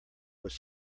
was